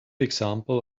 example